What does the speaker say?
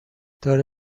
داره